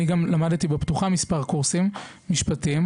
אני גם למדתי בפתוחה מספר קורסים במשפטים,